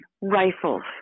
rifles